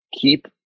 keep